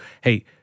hey